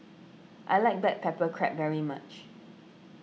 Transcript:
I like Black Pepper Crab very much